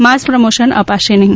માસ promotion અપાશે નહિ